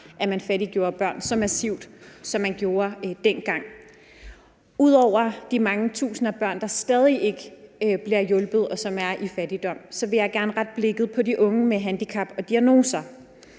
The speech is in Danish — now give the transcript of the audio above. at man fattiggjorde børn så massivt, som man gjorde dengang. Ud over de mange tusinder af børn, der stadig ikke bliver hjulpet, og som er i fattigdom, vil jeg gerne rette blikket mod de unge med handicap og diagnoser.